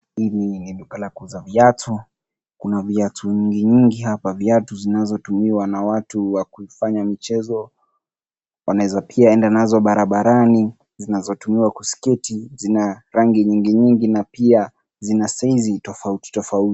Hii ni duka la kuuza viatu. Kuna viatu vingi nyingi hapa: viatu zinazotumiwa na watu wa kuifanya mchezo, wanaweza pia enda nazo barabarani, zinazotumiwa kusikiti, zina rangi nyingi nyingi na pia zina saizi tofauti tofauti.